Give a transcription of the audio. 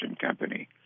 Company